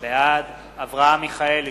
בעד אברהם מיכאלי,